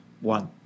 one